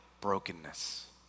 brokenness